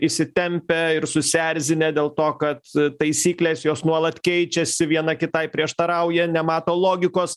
įsitempę ir susierzinę dėl to kad taisyklės jos nuolat keičiasi viena kitai prieštarauja nemato logikos